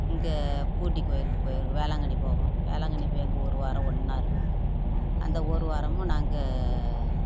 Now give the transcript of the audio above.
இங்கே பூண்டி கோவிலுக்கு வேளாங்கண்ணி போவோம் வேளாங்கண்ணி போய் அங்கே ஒரு வாரம் ஒன்றா இருப்போம் அந்த ஒரு வாரமும் நாங்கள்